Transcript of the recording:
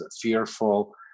fearful